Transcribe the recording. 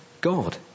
God